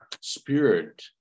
spirit